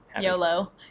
YOLO